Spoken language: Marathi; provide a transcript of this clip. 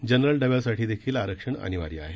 जनरल डब्यासाठीदेखील आरक्षण अनिवार्य आहे